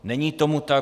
Není tomu tak.